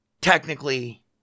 technically